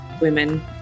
women